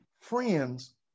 friends